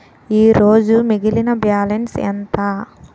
ఈరోజు మిగిలిన బ్యాలెన్స్ ఎంత?